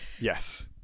yes